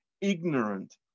ignorant